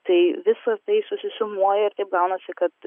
tai visa tai susisumuoja ir gaunasi kad